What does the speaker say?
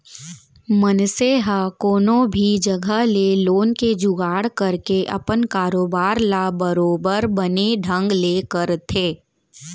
मनसे ह कोनो भी जघा ले लोन के जुगाड़ करके अपन कारोबार ल बरोबर बने ढंग ले करथे